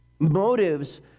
Motives